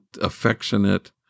affectionate